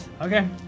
Okay